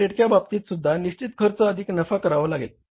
Ltd च्या बाबतीतसुद्धा निश्चित खर्च अधिक नफा करावा लागेल